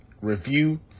review